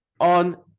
on